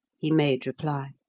he made reply.